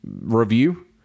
review